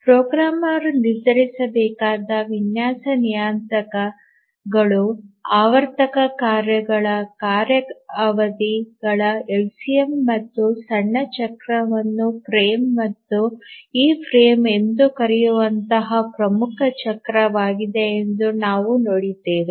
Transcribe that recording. programmer ನಿರ್ಧರಿಸಬೇಕಾದ ವಿನ್ಯಾಸ ನಿಯತಾಂಕಗಳು ಆವರ್ತಕ ಕಾರ್ಯಗಳ ಕಾರ್ಯ ಅವಧಿಗಳ ಎಲ್ಸಿಎಂ ಮತ್ತು ಸಣ್ಣ ಚಕ್ರವನ್ನು ಫ್ರೇಮ್ ಮತ್ತು ಈ ಫ್ರೇಮ್ ಎಂದೂ ಕರೆಯುವಂತಹ ಪ್ರಮುಖ ಚಕ್ರವಾಗಿದೆ ಎಂದು ನಾವು ನೋಡಿದ್ದೇವೆ